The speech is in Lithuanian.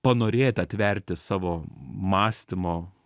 panorėti atverti savo mąstymo